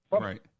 Right